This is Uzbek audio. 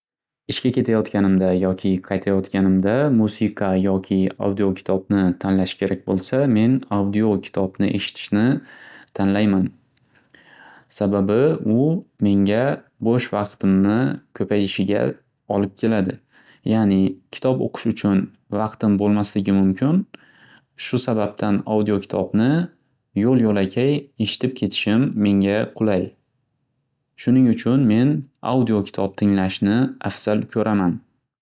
Ishga ketayotganimda yoki qaytayotganimda musiqa yoki audiokitobni tanlash kerak bo'lsa, men audiokitobni eshitishni tanlayman. Sababi u menga bo'sh vaqtimni ko'payishiga olb keladi. Ya'ni kitob o'qish uchun vaqtim bo'lmasligi mumkin. Shu sababdan audiokitobni yo'l-yo'lakay eshitib ketishim menga qulay. Shuning uchun men audiokitob tinglashni afzal ko'raman.